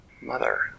mother